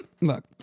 Look